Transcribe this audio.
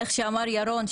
איך שאמר ירון,